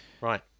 right